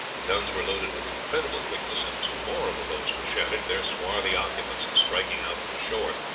the guns were loaded with incredible quickness, and two more of the boats were shattered, their swarthy occupants striking out for the shore,